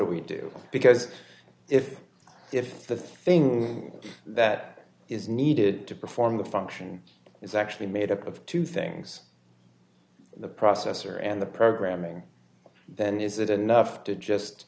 do we do because if if the thing that is needed to perform the function is actually made up of two things the processor and the programming then is it enough to just